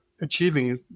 achieving